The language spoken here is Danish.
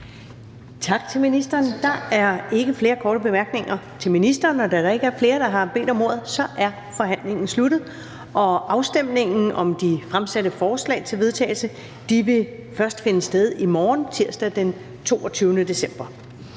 Tak til ministeren. Der er ikke flere korte bemærkninger til ministeren. Da der ikke er flere, der har bedt om ordet, er forhandlingen sluttet. Afstemningen om de fremsatte forslag til vedtagelse vil først finde sted i morgen, tirsdag den 22. december